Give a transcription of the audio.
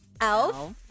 Elf